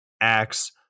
acts